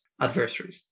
adversaries